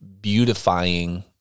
beautifying